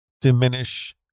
diminish